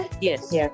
Yes